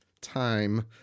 Time